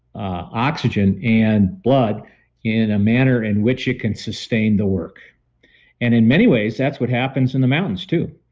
oxygen and blood in a manner in which it can sustain the work and in many ways that's what happens in the mountains too.